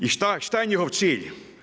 I šta je njihov cilj?